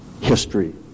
history